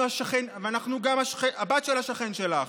ואנחנו גם הבת של השכן שלך.